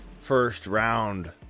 first-round